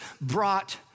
brought